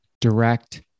direct